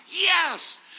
Yes